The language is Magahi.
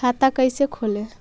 खाता कैसे खोले?